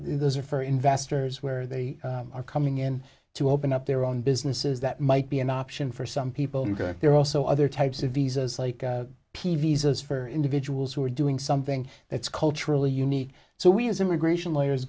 those are for investors where they are coming in to open up their own businesses that might be an option for some people there are also other types of visas like peavey's as for individuals who are doing something that's culturally unique so we as immigration lawyers